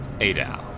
Adal